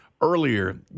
earlier